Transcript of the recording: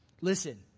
Listen